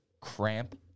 cramp